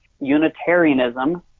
Unitarianism